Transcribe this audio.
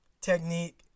technique